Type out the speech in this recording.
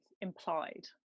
implied